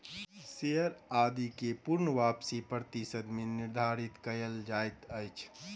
share आदि के पूर्ण वापसी प्रतिशत मे निर्धारित कयल जाइत अछि